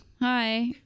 hi